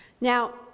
Now